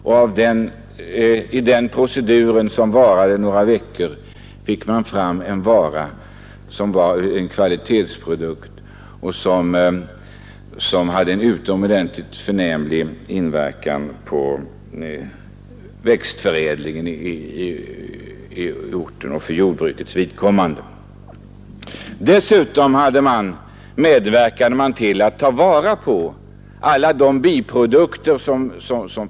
Genom denna procedur som pågick i några veckor fick man fram en kvalitetsprodukt, som hade en förnämlig inverkan på växtligheten och jordbruket i området. Dessutom tillvaratogs biprodukter.